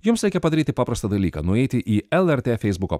jums reikia padaryti paprastą dalyką nueiti į lrt feisbuko